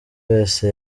wese